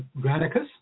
Granicus